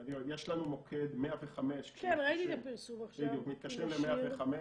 יש לנו את מוקד 105. מתקשרים ל-105,